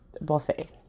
buffet